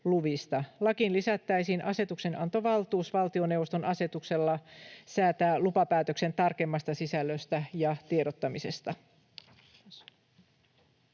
Lakiin lisättäisiin asetuksenantovaltuus valtioneuvoston asetuksella säätää lupapäätöksen tarkemmasta sisällöstä ja tiedottamisesta.